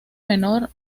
menor